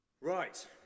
Right